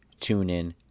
TuneIn